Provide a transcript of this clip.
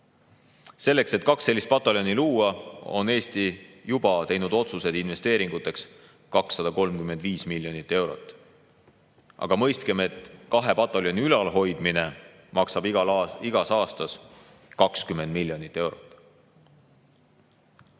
Selleks, et kaks sellist pataljoni luua, on Eesti juba teinud otsuseid investeeringuteks 235 miljonit eurot. Aga mõistkem, et kahe pataljoni ülalpidamine maksab igas aastas 20 miljonit eurot.